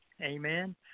Amen